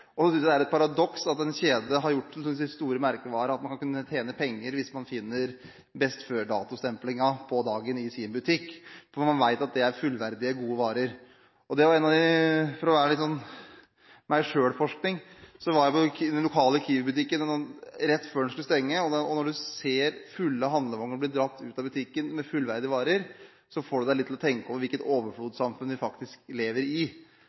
Og jeg synes det er et paradoks at en kjede har gjort det til sin store merkevare at man skal kunne tjene penger hvis man finner best-før-dato-stemplingen på dagen i sin butikk, når man vet at dette er fullverdige, gode varer. Og for å bruke litt sånn meg-selv-forskning: Jeg var på den lokale Kiwi-butikken rett før den skulle stenge, og når du ser fulle handlevogner bli dratt ut av butikken med fullverdige varer, så får det deg til å tenke litt over hvilket overflodssamfunn vi faktisk lever i.